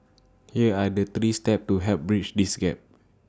here are the three steps to help bridge this gap